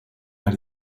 out